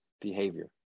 behavior